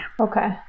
Okay